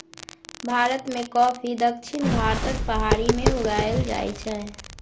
भारत मे कॉफी दक्षिण भारतक पहाड़ी मे उगाएल जाइ छै